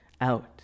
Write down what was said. out